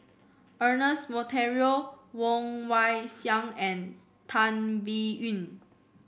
Ernest Monteiro Woon Wah Siang and Tan Biyun